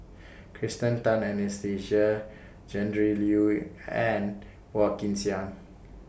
Kirsten Tan Anastasia Tjendri Liew and Phua Kin Siang